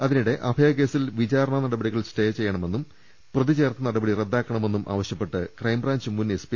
അതിനിടെ അഭയ കേസിൽ വിചാരണ നടപടികൾ സ്റ്റേ ചെയ്യ ണമെന്നും പ്രതിചേർത്ത നടപടി റദ്ദാക്കണമെന്നും ആവശ്യപ്പെട്ട് ക്രൈം ബ്രാഞ്ച് മുൻ എസ് പി